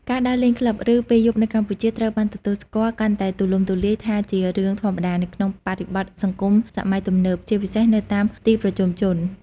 ការដើរលេងក្លឹប ឬពេលយប់នៅកម្ពុជា ត្រូវបានទទួលស្គាល់កាន់តែទូលំទូលាយថាជារឿងធម្មតា នៅក្នុងបរិបទសង្គមសម័យទំនើប ជាពិសេសនៅតាមទីប្រជុំជន ។